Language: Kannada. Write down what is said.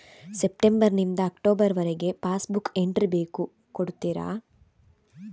ಸೆಪ್ಟೆಂಬರ್ ನಿಂದ ಅಕ್ಟೋಬರ್ ವರಗೆ ಪಾಸ್ ಬುಕ್ ಎಂಟ್ರಿ ಬೇಕು ಕೊಡುತ್ತೀರಾ?